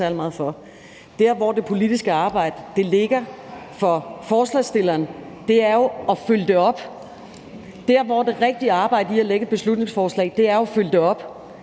Der, hvor det politiske arbejde ligger for forslagsstillerne, er jo at følge det op. Der, hvor det rigtige arbejde ligger med et beslutningsforslag, er jo i forhold til